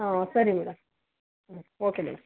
ಹ್ಞೂ ಸರಿ madam okay madam